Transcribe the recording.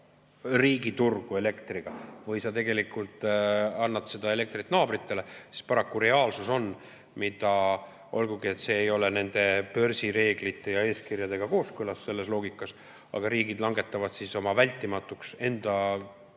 riigi turgu elektriga või sa annad seda elektrit naabritele, siis paraku reaalsus on see – olgugi et see ei ole nende börsireeglite ja eeskirjadega kooskõlas selles loogikas –, et riigid langetavad vältimatuks enda